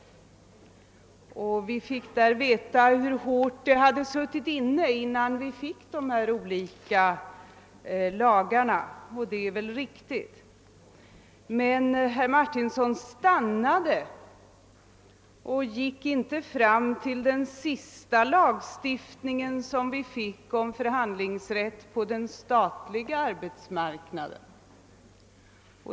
Vi fick veta att det satt hårt inne innan vi fick dessa olika lagar, och det är väl riktigt. Emellertid stannade herr Martinsson upp och gick inte fram till den senaste lagstiftningen på detta område, den om förhandlingsrätt på den statliga arbetsmarknaden.